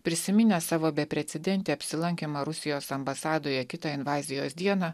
prisiminęs savo beprecedentį apsilankymą rusijos ambasadoje kitą invazijos dieną